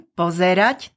pozerať